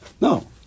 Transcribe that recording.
No